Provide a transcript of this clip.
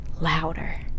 louder